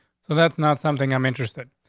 so that's not something i'm interested.